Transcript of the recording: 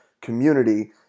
community